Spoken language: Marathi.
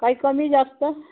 काही कमी जास्त